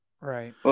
right